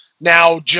now